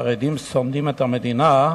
החרדים שונאים את המדינה".